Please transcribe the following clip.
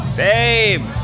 babe